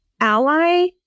ally